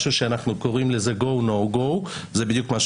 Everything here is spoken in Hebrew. משהו שאנחנו קוראים לו go no go,